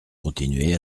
continuer